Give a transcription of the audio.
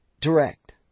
direct